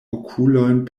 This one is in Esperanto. okulojn